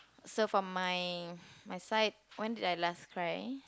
so from my my side when did I last cry